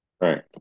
Right